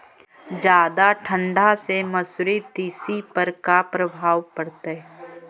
जादा ठंडा से मसुरी, तिसी पर का परभाव पड़तै?